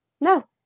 no